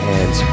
Hands